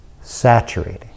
saturating